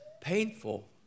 painful